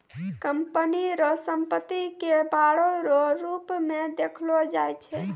company रो संपत्ति के बांडो रो रूप मे देखलो जाय छै